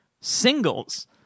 singles